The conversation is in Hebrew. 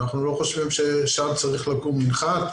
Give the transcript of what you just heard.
אנחנו לא חושבים ששם צריך לקום מנחת,